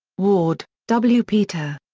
ward, w. peter.